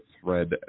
thread